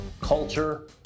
culture